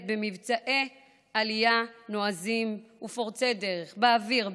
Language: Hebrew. במבצעי עלייה נועזים ופורצי דרך באוויר,